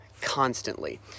constantly